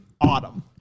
Autumn